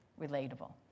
relatable